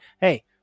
Hey